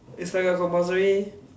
it's like a compulsory